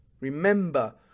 Remember